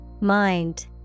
Mind